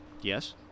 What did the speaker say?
Yes